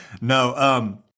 No